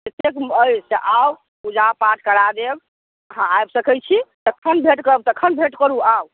एतेक अइसँ आउ पूजा पाठ करा देब हाँ आबि सकै छी जखन भेट करब तखन भेट करू आउ